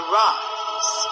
rise